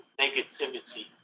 negativity